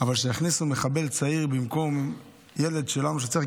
אבל שיכניסו מחבל צעיר במקום ילד שלנו שצריך?